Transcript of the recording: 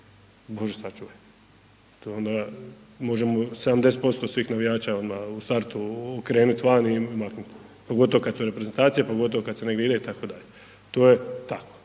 to je onda, možemo 70% svih navijača odma u startu okrenut van i maknut, pogotovo kad su reprezentacije, pa gotovo kad se negdje ide itd., to je tako